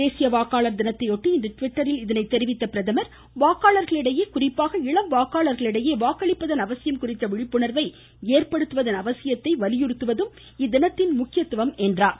தேசிய வாக்காளர் தினத்தை ஒட்டி இன்று டிவிட்டரில் இதனை தெரிவித்துள்ள குறிப்பாக இளம் வாக்காளர்களிடையே வாக்களிப்பதன் அவசியம் குறித்த விழிப்புணர்வை ஏற்படுத்துவதன் அவசியத்தை வலியுறுத்துவதும் இத்தினத்தின் முக்கியத்துவம் என்றார்